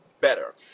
better